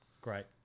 Great